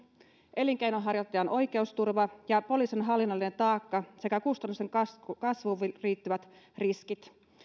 elinkeinonharjoittajan oikeusturva poliisin hallinnollinen taakka sekä kustannusten kasvuun kasvuun liittyvät riskit